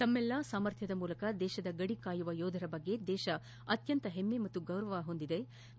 ತಮ್ನಲ್ಲಾ ಸಾಮರ್ಥ್ಯದ ಮೂಲಕ ದೇಶದ ಗಡಿ ಕಾಯುವ ಯೋಧರ ಬಗ್ಗೆ ದೇಶ ಅತ್ಯಂತ ಹಮ್ನ ಮತ್ತು ಗೌರವ ಹೊಂದಿದ್ಲು